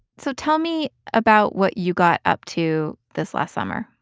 so tell me about what you got up to this last summer.